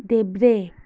देब्रे